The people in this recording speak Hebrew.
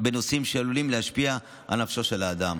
בנושאים שעלולים להשפיע על נפשו של האדם.